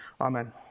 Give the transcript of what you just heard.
Amen